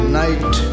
night